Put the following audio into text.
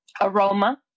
aroma